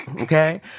okay